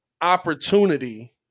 opportunity